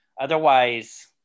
Otherwise